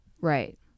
Right